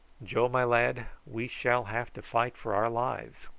joe, my lad, we shall have to fight for our lives.